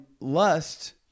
lust